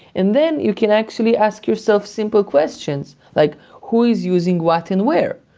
and then you can actually ask yourself simple questions, like, who is using what and where?